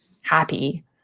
happy